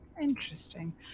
Interesting